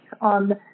on